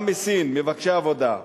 מבקשי עבודה.